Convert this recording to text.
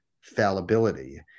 fallibility